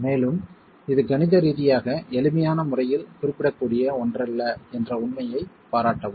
மேலும் இது கணித ரீதியாக எளிமையான முறையில் குறிப்பிடப்படக்கூடிய ஒன்றல்ல என்ற உண்மையைப் பாராட்டவும்